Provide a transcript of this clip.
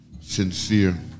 sincere